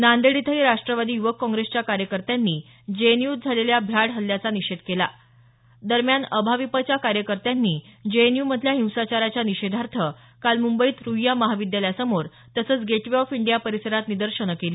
नांदेड इथंही राष्ट्रवादी युवक काँग्रेसच्या कार्यकर्त्यांनी जेएनयूत झालेल्या भ्याड हल्ल्याचा निषेध केला दरम्यान अभाविपच्या कार्यकर्त्यांनी जेएनयूमधील हिंसाचाराच्या निषेधार्थ काल मुंबईत रुईया महाविद्यालयासमोर तसंच गेट वे ऑफ इंडिया परिसरात निदर्शनं केली